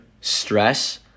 stress